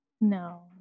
No